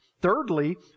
Thirdly